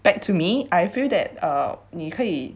back to me I feel that err 你可以